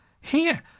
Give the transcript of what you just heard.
Here